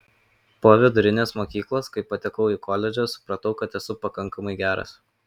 po vidurinės mokyklos kai patekau į koledžą supratau kad esu pakankamai geras